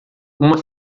uma